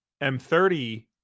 M30